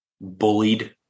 bullied